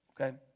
okay